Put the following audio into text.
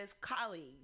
colleagues